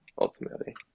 ultimately